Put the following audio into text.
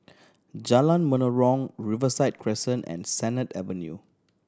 Jalan Menarong Riverside Crescent and Sennett Avenue